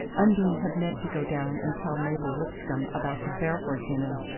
undine had meant to go down and tell mabel lipscomb about the fairford dinner,